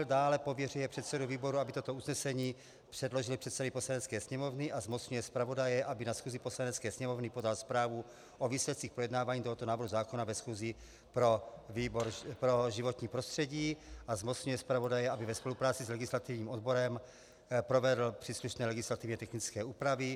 Dále pověřuje předsedu výboru, aby toto usnesení předložil předsedovi Poslanecké sněmovny, a zmocnil zpravodaje, aby na schůzi Poslanecké sněmovny podal zprávu o výsledcích projednávání tohoto návrhu zákona ve schůzi výboru pro životní prostředí, a zmocňuje zpravodaje, aby ve spolupráci s legislativním odborem provedl příslušné legislativně technické úpravy.